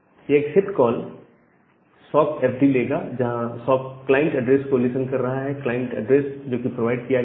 यह accept call sock FD लेगा जहां सॉकेट क्लाइंट एड्रेस को लिसन कर रहा हैक्लाइंट एड्रेस जो कि प्रोवाइड किया जाएगा